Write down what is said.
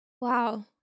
Wow